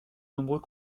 nombreux